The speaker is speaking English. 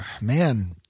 man—